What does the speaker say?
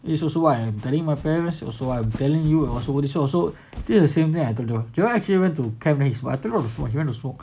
it is also why I'm telling my parents also I'm telling you or somebody also this is the same thing I told you do y'all actually went to camnish I told you before he went to smoke